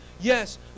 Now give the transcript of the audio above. Yes